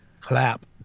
clap